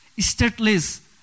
stateless